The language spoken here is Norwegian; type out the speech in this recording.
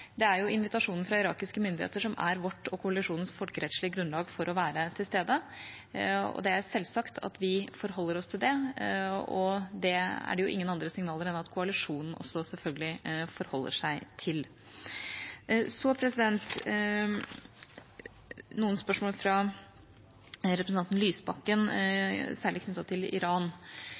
er det invitasjonen fra irakiske myndigheter som er vårt og koalisjonenes folkerettslige grunnlag for å være til stede. Det er selvsagt at vi forholder oss til det, og det er ingen andre signaler enn at koalisjonen også selvfølgelig forholder seg til det. Så til spørsmål fra representanten Lysbakken, særlig knyttet til Iran: